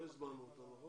לא הזמנו אותם.